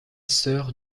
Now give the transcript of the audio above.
sœur